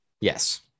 Yes